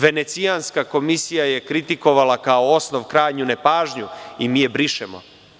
Venecijanska komisija je kritikovala kao osnov krajnju nepažnju i mi je brišemo.